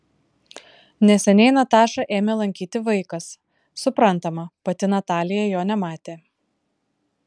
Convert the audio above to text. neseniai natašą ėmė lankyti vaikas suprantama pati natalija jo nematė